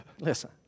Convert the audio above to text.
listen